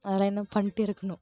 அதெல்லாம் என்ன பண்ணிட்டே இருக்கணும்